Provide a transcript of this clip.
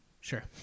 sure